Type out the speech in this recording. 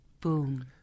Boom